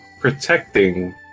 protecting